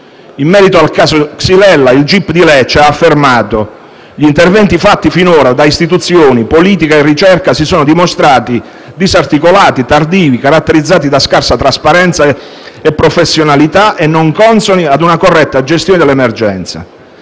In merito al caso xylella il gip di Lecce ha affermato che gli interventi fatti finora da istituzioni, politica e ricerca si sono dimostrati disarticolati, tardivi, caratterizzati da scarsa trasparenza e professionalità e non consoni ad una corretta gestione dell'emergenza.